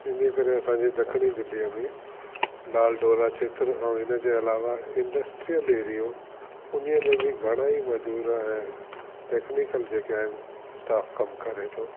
इन ई करे असांजे ॾखिणी दिल्लीअ में लाल डोरा क्षेत्र अऊं इन जे अलावा इंडस्ट्रि्यल एरियो उन ई में बि घणा ई मजूर ऐं टैक्नीक्ल जेके आइन स्टाफ कमु करे तो